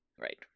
right